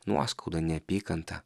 nuoskauda neapykanta